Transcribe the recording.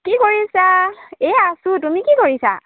কি কৰিছা এই আছোঁ তুমি কি কৰিছা